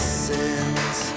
sins